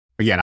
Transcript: Again